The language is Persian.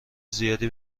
زیادی